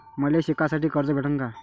मले शिकासाठी कर्ज भेटन का?